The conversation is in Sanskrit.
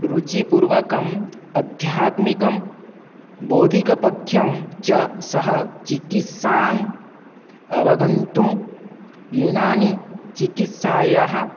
रुचिपूर्वकम् आध्यात्मिकं बौधिकपथ्यं च सह चिकित्साम् अवगन्तुं युनानि चिकित्सायाः